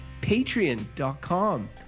patreon.com